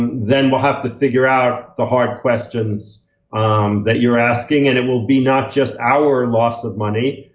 then we'll have to figure out the hard questions that you're asking. and it will be not just our loss of money,